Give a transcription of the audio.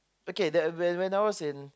okay that when when I was in